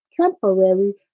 temporary